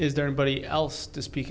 is there anybody else to speak